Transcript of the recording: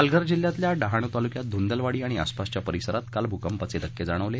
पालघर जिल्ह्यातल्या डहाणू तालुक्यात धुंदलवाडी आणि आसपासच्या परिसरात काल भूकंपाचे धक्के जाणवले